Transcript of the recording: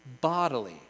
bodily